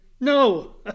no